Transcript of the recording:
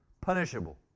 punishable